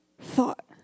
thought